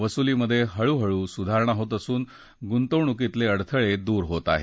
वसुलीत हळूहळू सुधारणा होत असून गुंतवणूकीतले अडथळे दूर होत आहेत